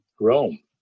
Rome